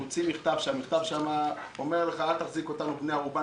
במכתבו הוא כותב לך: אל תחזיק אותנו כבני ערובה,